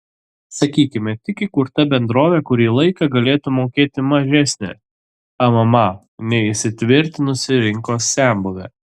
sakykime tik įkurta bendrovė kurį laiką galėtų mokėti mažesnę mma nei įsitvirtinusi rinkos senbuvė